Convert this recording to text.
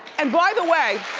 and by the way.